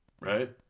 right